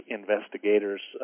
investigators